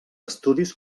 estudis